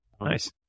Nice